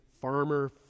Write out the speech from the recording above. farmer